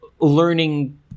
learning